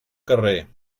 carrer